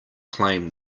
claim